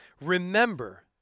remember